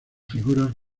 figuras